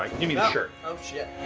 give me the shirt. oh, shit.